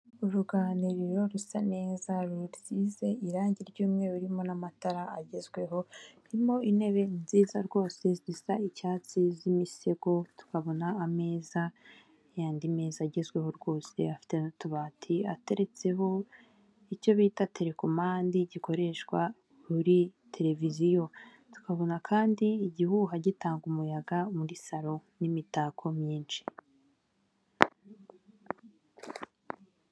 Uruganiriro rusa neza rusize irangi ry'umweru urimo n'amatara agezweho harimo intebe nziza rwose zisa icyatsi z'imisego tukabona ameza y'andi meza agezweho rwose afite n'utubati ateretseho icyo bita telekomande gikoreshwa kuri televiziyo, tukabona kandi igihuha gitanga umuyaga muri salo n'imitako myinshi.